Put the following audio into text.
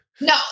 no